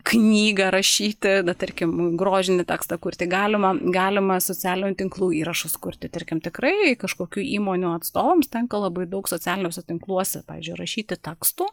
knygą rašyti tarkim grožinį tekstą kurti galima galima socialinių tinklų įrašus kurti tarkim tikrai kažkokių įmonių atstovams tenka labai daug socialiniuose tinkluose pavyzdžiui rašyti tekstų